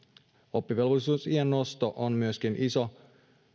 oppivelvollisuusiän nosto on myöskin iso